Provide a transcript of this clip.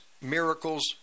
miracles